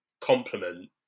complement